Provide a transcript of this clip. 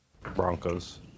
Broncos